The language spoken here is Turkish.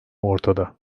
ortada